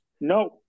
No